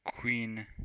queen